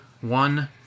One